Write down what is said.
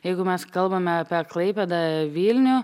jeigu mes kalbame apie klaipėdą vilnių